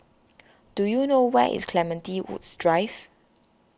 do you know where is Clementi Woods Drive